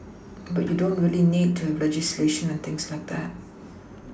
but you don't really need to have legislation and things like that